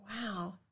Wow